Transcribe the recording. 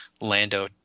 Lando